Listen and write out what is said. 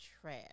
trash